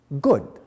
good